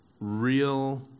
real